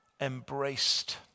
embraced